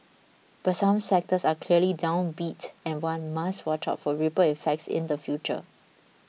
but some sectors are clearly downbeat and one must watch out for ripple effects in the future